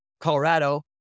Colorado